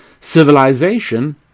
Civilization